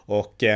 och